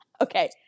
okay